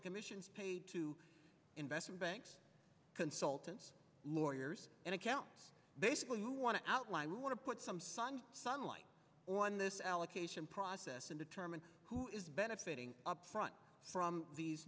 the commissions paid to invest in banks consultants lawyers and account basically you want to outline we want to put some sun sunlight on this allocation process and determine who is benefiting upfront from these